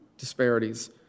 disparities